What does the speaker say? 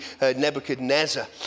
Nebuchadnezzar